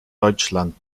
deutschland